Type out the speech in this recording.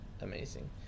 amazing